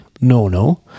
Nono